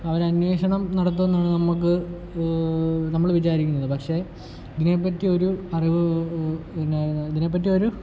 അവർ അന്വേഷണം നടത്തുന്നത് നമുക്ക് നമ്മൾ വിചാരിക്കും പക്ഷെ ഇതിനെപ്പറ്റി ഒരു അറിവോ ഇതിനെപ്പറ്റി ഒരു